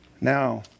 Now